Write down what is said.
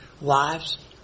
Wives